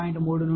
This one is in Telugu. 3 నుండి 1